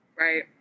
Right